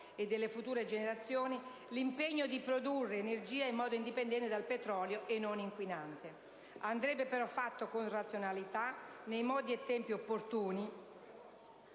e delle future generazioni l'impegno di produrre energia in modo indipendente dal petrolio e non inquinante. Andrebbe però fatto con razionalità, nei modi e nei tempi opportuni.